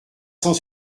cent